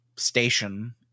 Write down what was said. station